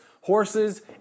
horses